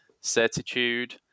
certitude